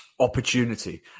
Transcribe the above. opportunity